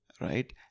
Right